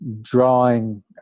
drawing